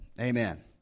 Amen